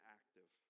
active